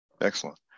Excellent